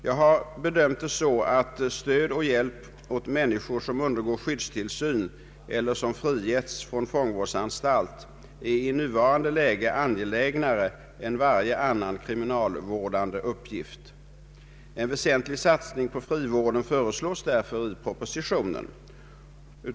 Jag har bedömt det så att stöd och hjälp åt människor som undergår skyddstillsyn eller som har frigivits från fångvårdsanstalt i nuvarande läge är angelägnare än varje annan kriminalvårdande uppgift. En väsentlig satsning på frivården föreslås därför i propositionen.